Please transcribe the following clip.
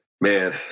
Man